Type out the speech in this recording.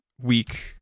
week